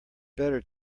better